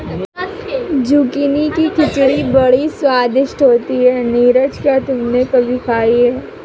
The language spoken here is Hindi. जुकीनी की खिचड़ी बड़ी स्वादिष्ट होती है नीरज क्या तुमने कभी खाई है?